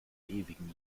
ewigen